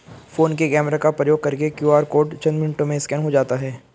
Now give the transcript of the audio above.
phone के camera का प्रयोग करके क्यू.आर कोड चंद मिनटों में स्कैन हो जाता है